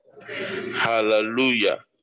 Hallelujah